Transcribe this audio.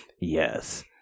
Yes